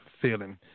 feeling